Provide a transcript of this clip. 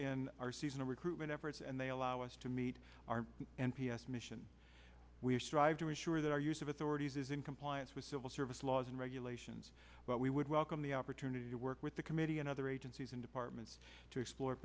in our seasonal recruitment efforts and they allow us to meet our n p s mission we are strive to ensure that our use of authorities is in compliance with civil service laws and regulations but we would welcome the opportunity to work with the committee and other agencies and departments to explore